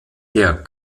der